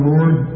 Lord